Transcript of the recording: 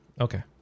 Okay